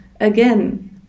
again